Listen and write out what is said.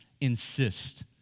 Insist